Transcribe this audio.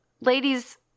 ladies